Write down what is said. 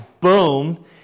Boom